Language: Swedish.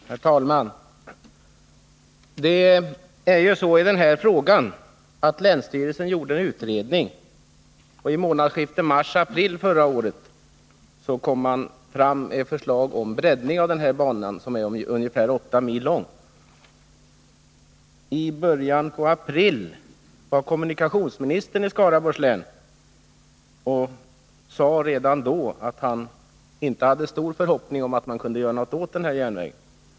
Herr talman! Jag ber att få tacka kommunikationsministern för svaret. Länsstyrelsen gjorde en utredning i denna fråga, och i månadsskiftet mars-april förra året lade man fram ett förslag om breddning av den här banan, som är ungefär 8 mil lång. I början av april var kommunikationsministern i Skaraborgs län, och han sade redan då att han inte hade stor förhoppning om att man kunde göra något åt den här järnvägen.